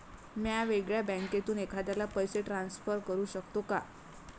म्या वेगळ्या बँकेतून एखाद्याला पैसे ट्रान्सफर करू शकतो का?